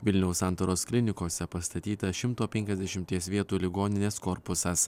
vilniaus santaros klinikose pastatyta šimto penkiasdešimties vietų ligoninės korpusas